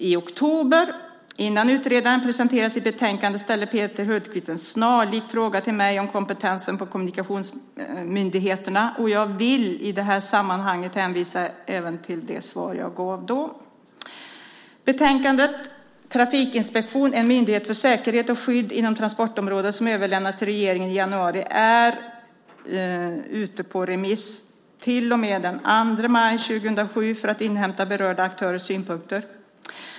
I oktober, innan utredaren presenterat sitt betänkande, ställde Peter Hultqvist en snarlik fråga till mig - om kompetensen på kommunikationsmyndigheterna - och jag vill i det här sammanhanget hänvisa även till det svar jag gav då. Betänkandet Trafikinspektion - en myndighet för säkerhet och skydd inom transportområdet , som överlämnades till regeringen i januari i år, är ute på remiss till och med den 2 maj 2007 för att inhämta berörda aktörers synpunkter.